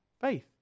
faith